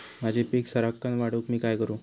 माझी पीक सराक्कन वाढूक मी काय करू?